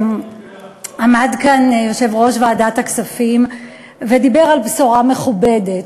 עמד כאן יושב-ראש ועדת הכספים ודיבר על בשורה מכובדת.